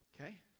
Okay